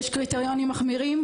יש קריטריונים מחמירים,